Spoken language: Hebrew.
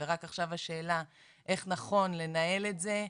רק עכשיו השאלה איך נכון לנהל את זה.